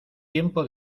tiempo